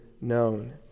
known